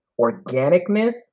organicness